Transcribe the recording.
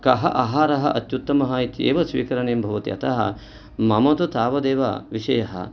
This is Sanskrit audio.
कः आहारः अत्युत्तमः इति एव स्वीकरणीयं भवति अतः मम तु तावदेव विषयः